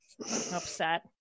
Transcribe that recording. upset